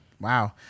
Wow